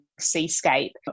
seascape